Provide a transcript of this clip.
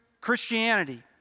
Christianity